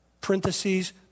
Parentheses